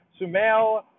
Sumail